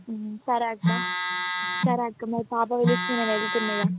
సరే అక్క సరే అక్క మా పాప పిలుస్తున్నది నేను వెళుతున్నాను